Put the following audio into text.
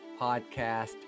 podcast